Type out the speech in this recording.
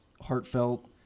heartfelt